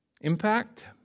Impact